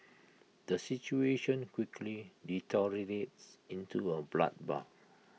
the situation quickly deteriorates into A bloodbath